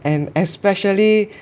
and especially